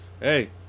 Hey